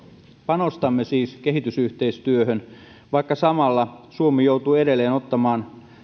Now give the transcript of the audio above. panostamme siis kehitysyhteistyöhön vaikka samalla suomi joutuu edelleen ottamaan